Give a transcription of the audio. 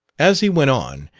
as he went on,